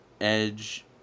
Edge